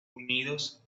unidos